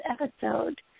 episode